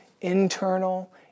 internal